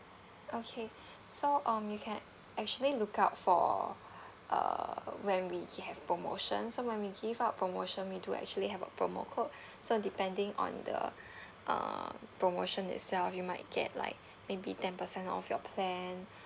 okay so um you can actually look out for err when we gi~ have promotion so when we give out promotion we do actually have a promo code so depending on the err promotion itself you might get like maybe ten percent off your plan